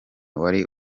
wari